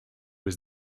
was